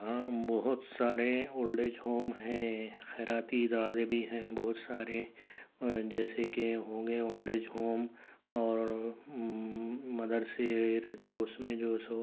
ہاں بہت سارے اولڈیج ہوم ہیں خیراتی ادارے بھی ہیں بہت سارے جیسے کہ ہوں گے اولڈیج ہوم اور مدرسے رہتے اُس میں جو سو